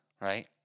right